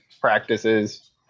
practices